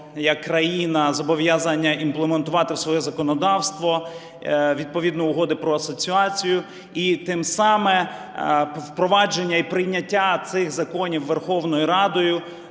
як країна зобов'язання імплементувати в своє законодавство відповідно Угоди про асоціацію, і тим самим впровадження і прийняття цих законів Верховною Радою